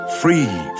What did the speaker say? Free